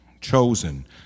chosen